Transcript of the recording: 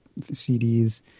CDs